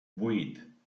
vuit